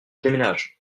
déménage